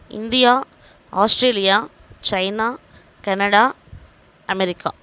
India Australia China Canada America